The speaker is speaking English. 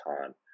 time